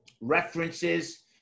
references